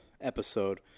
episode